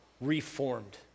reformed